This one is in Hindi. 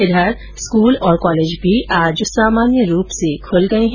इधर स्कूल कॉलेज भी आज सामान्य रूप से खुल गये है